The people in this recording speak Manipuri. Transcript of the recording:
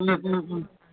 ꯎꯝ ꯎꯝ ꯎꯝ